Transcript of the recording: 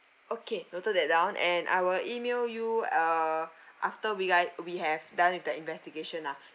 okay noted that down and I will email you uh after we write we have done with the investigation lah